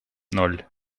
ноль